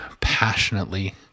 passionately